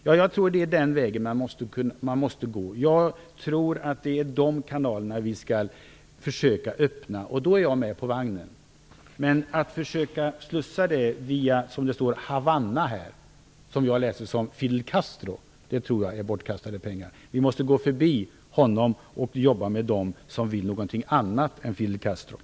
Ja, jag tror att det är den vägen man måste gå. Jag tror att det är de kanalerna man skall försöka öppna. Då är jag med. Men att försöka slussa detta genom "Havanna", vilket jag läser som Fidel Castro, tror jag är bortkastade pengar. Vi måste gå förbi honom och jobba med dem som vill något annat än vad han vill.